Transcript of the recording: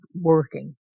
working